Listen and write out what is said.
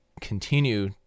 continue